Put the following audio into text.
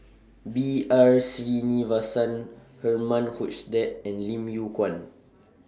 B R Sreenivasan Herman Hochstadt and Lim Yew Kuan